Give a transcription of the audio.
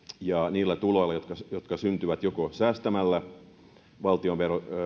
niillä tuloilla jotka syntyvät joko säästämällä valtion